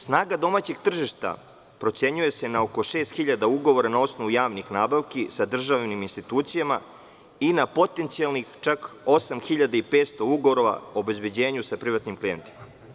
Snaga domaćeg tržišta procenjuje se na oko 6.000 ugovora na osnovu javnih nabavki sa državnim institucijama i na potencijalnih čak 8.500 ugovora o obezbeđenju sa privatnim klijentima.